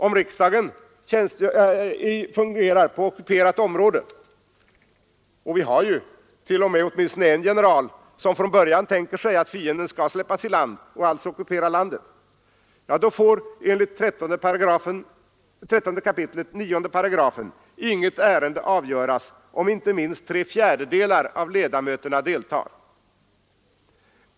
Om riksdagen fungerar på ockuperat område — och vi har ju t.o.m. åtminstone en general, som från början tänker sig att fienden skall släppas i land och alltså ockupera riket — får enligt 13 kap. 98 inget ärende avgöras om inte minst tre fjärdedelar av ledamöterna deltar.